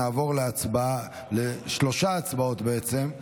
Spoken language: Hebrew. נעבור להצבעה, לשלושה הצבעות בעצם.